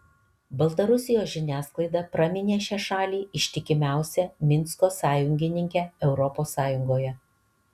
baltarusijos žiniasklaida praminė šią šalį ištikimiausia minsko sąjungininke europos sąjungoje